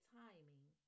timing